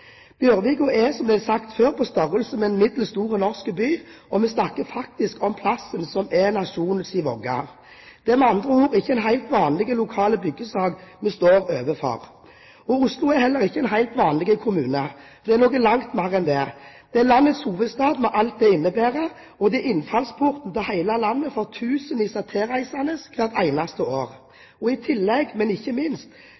er – som det er sagt før – på størrelse med en middels stor norsk by, og vi snakker faktisk om stedet som er nasjonens vugge. Det er med andre ord ikke en helt vanlig lokal byggesak vi står overfor! Oslo er heller ikke en helt vanlig kommune, men noe langt mer. Det er landets hovedstad med alt det innebærer, og det er innfallsporten til hele landet for tusenvis av tilreisende hvert eneste